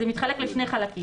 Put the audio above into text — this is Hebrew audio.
זה מתחלק לשני חלקים.